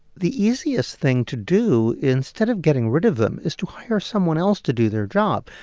the easiest thing to do, instead of getting rid of them, is to hire someone else to do their job.